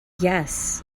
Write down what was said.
yes